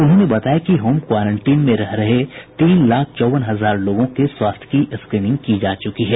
उन्होंने बताया कि होम क्वारेंटीन में रह रहे तीन लाख चौवन हजार लोगों के स्वास्थ्य की स्क्रीनिंग की जा चुकी है